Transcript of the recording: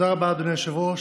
תודה, אדוני היושב-ראש.